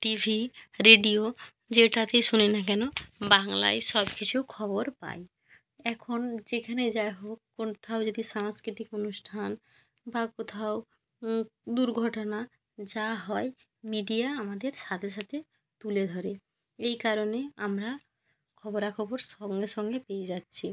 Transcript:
TV radio যেটাতেই শুনি না কেন বাংলায় সব কিছু খবর পাই এখন যেখানে যা হোক কোথাও যদি সাংস্কৃতিক অনুষ্ঠান বা কোথাও দুর্ঘটনা যা হয় মিডিয়া আমাদের সাথে সাথে তুলে ধরে এই কারণে আমরা খবরাখবর সঙ্গে সঙ্গে পেয়ে যাচ্ছি